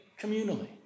communally